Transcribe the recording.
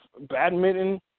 badminton